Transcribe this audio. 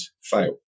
fail